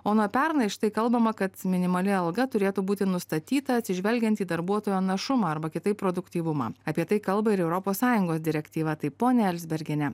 o nuo pernai štai kalbama kad minimali alga turėtų būti nustatyta atsižvelgiant į darbuotojo našumą arba kitaip produktyvumą apie tai kalba ir europos sąjungos direktyva tai ponia elzbergiene